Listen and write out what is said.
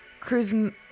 Cruise